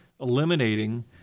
eliminating